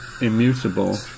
immutable